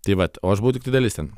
tai vat o aš buvau tiktai dalis ten